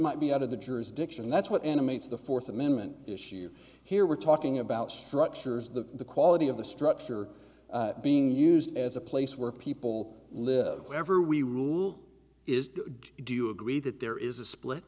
might be out of the jurisdiction that's what animates the fourth amendment issue here we're talking about structures the quality of the structure being used as a place where people live whenever we rule is do you agree that there is a split